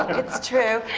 it's true.